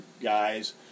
guys